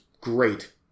great